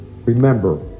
Remember